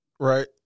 Right